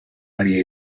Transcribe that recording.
maria